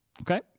Okay